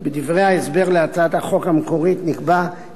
בדברי ההסבר להצעת החוק המקורית נקבע כי